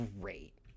great